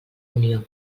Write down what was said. unió